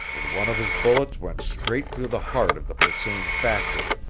and one of his bullets went straight through the heart of the pursuing factor,